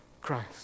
Christ